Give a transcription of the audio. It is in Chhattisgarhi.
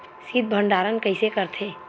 शीत भंडारण कइसे करथे?